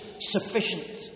sufficient